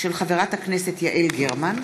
מאת חברת הכנסת יעל גרמן,